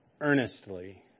earnestly